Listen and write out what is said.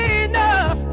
enough